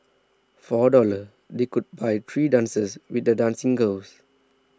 for a dollar they could buy three dances with the dancing girls